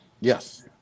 Yes